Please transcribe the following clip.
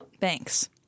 Thanks